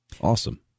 Awesome